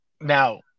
now